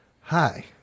hi